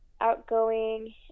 outgoing